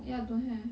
ya don't have